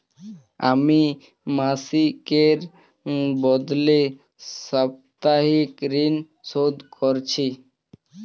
আমি মাসিকের বদলে সাপ্তাহিক ঋন শোধ করছি